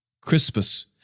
Crispus